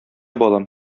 балам